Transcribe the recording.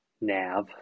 nav